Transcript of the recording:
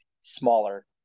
smaller